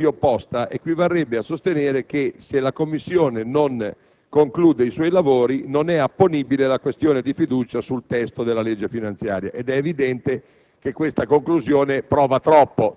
Sostenere la tesi opposta equivarrebbe ad affermare che, se la Commissione bilancio non conclude i suoi lavori, non è apponibile la questione di fiducia sul testo della legge finanziaria. È evidente che questa conclusione prova troppo